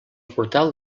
portal